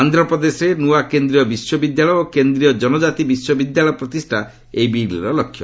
ଆନ୍ଧ୍ରପ୍ରଦେଶରେ ନ୍ତଆ କେନ୍ଦ୍ରୀୟ ବିଶ୍ୱବିଦ୍ୟାଳୟ ଓ କେନ୍ଦ୍ରୀୟ ଜନଜାତି ବିଶ୍ୱବିଦ୍ୟାଳୟ ପ୍ରତିଷ୍ଠା ଏହି ବିଲ୍ର ଲକ୍ଷ୍ୟ